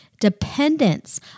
dependence